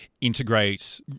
integrate